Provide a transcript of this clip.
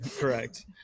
Correct